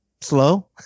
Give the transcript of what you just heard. slow